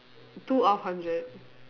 two out of hundred